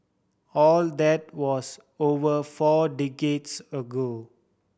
all that was over four decades ago